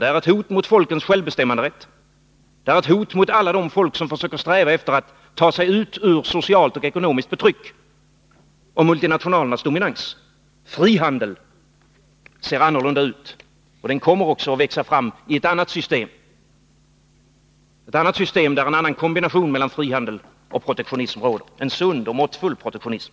Det är ett hot mot folkens självbestämmanderätt, mot alla de folk som försöker sträva efter att ta sig ur socialt och ekonomiskt förtryck och de multinationella företagens dominans. Fri handel ser annorlunda ut, och den kommer också att växa fram i ett annat system, där det råder en annan kombination mellan frihandel och protektionism, en sund och måttfull protektionism.